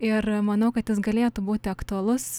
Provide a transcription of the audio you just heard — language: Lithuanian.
ir manau kad jis galėtų būti aktualus